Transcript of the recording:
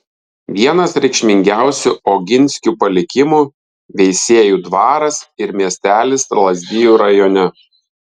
vienas reikšmingiausių oginskių palikimų veisiejų dvaras ir miestelis lazdijų rajone